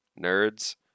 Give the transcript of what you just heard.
nerds